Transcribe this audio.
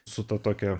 su ta tokia